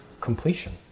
completion